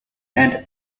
and